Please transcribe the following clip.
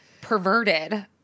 perverted